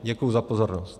Děkuji za pozornost.